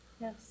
yes